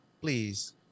Please